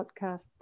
podcast